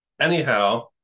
Anyhow